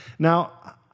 Now